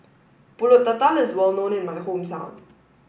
Pulut Tatal is well known in my hometown